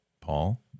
Paul